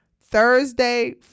Thursday